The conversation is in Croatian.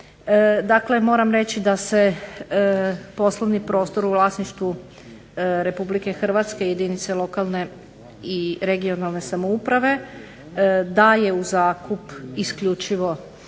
Dakle, moram reći da se poslovni prostor u vlasništvu Republike Hrvatske i jedinice lokalne i regionalne samouprave daje u zakup isključivo